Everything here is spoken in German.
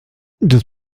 das